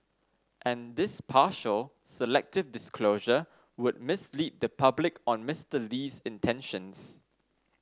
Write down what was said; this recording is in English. and this partial selective disclosure would mislead the public on Mister Lee's intentions